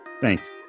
Thanks